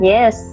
Yes